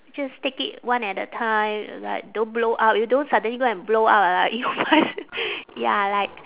just take it one at a time like don't blow up you don't suddenly go and blow up ah you must ya like